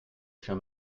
chien